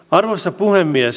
arvoisa puhemies